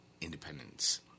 independence